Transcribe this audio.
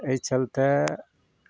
अइ चलते